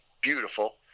beautiful